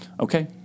Okay